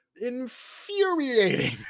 infuriating